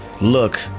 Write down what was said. look